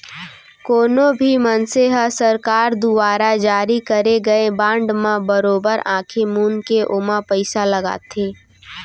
कोनो भी मनसे ह सरकार दुवारा जारी करे गए बांड म बरोबर आंखी मूंद के ओमा पइसा लगाथे